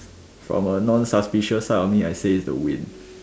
from a non suspicious side of me I say is the wind